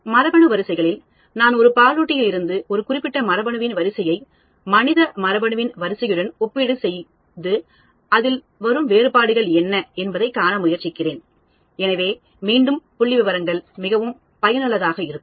மரபணு வரிசைமுறைகள் நான் ஒரு பாலூட்டியிலிருந்து ஒரு குறிப்பிட்ட மரபணுவின் வரிசையை மனித மரபணுவின் வரிசையுடன் ஒப்பிடு செய்து அதில் வரும் வேறுபாடுகள் என்ன என்பதைக் காண முயற்சிக்கிறேன் எனவே மீண்டும் புள்ளிவிவரங்கள் மிகவும் பயனுள்ளதாக இருக்கும்